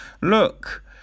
look